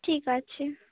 ঠিক আছে